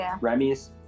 Remy's